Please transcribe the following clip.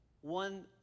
One